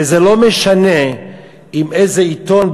וזה לא משנה אם איזה עיתון,